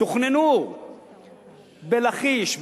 תוכננו בלכיש,